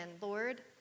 Lord